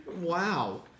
Wow